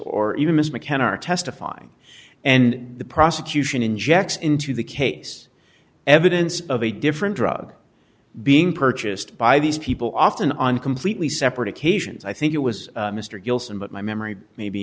or even mr mccann are testifying and the prosecution injects into the case evidence of a different drug being purchased by these people often on completely separate occasions i think it was mr gilson but my memory may be